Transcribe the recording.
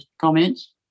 comments